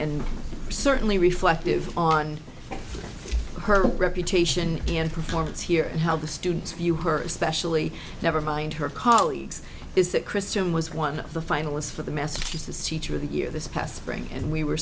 and certainly reflective on her reputation and performance here and how the students view her especially never mind her colleagues is that christian was one of the finalists for the massachusetts teacher of the year this past spring and we were